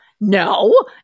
no